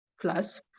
Plus